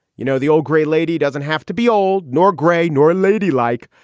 you know, the old gray lady doesn't have to be old, nor gray nor ladylike.